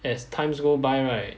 as times go by right